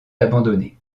abandonner